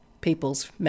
people's